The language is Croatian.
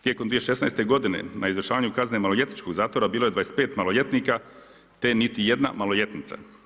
Tijekom 2016. godine na izvršavanju kazne maloljetničkog zatvora bilo je 25 maloljetnika, te niti jedna maloljetnica.